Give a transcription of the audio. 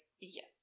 yes